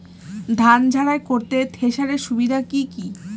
ধান ঝারাই করতে থেসারের সুবিধা কি কি?